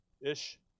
ish